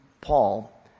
Paul